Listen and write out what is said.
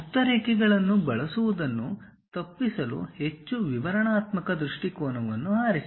ಗುಪ್ತ ರೇಖೆಗಳನ್ನು ಬಳಸುವುದನ್ನು ತಪ್ಪಿಸಲು ಹೆಚ್ಚು ವಿವರಣಾತ್ಮಕ ದೃಷ್ಟಿಕೋನವನ್ನು ಆರಿಸಿ